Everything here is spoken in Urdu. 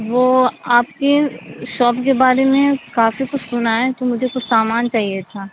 وہ آپ کی شاپ کے بارے میں کافی کچھ سنا ہے تو مجھے کچھ سامان چاہیے تھا